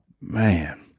Man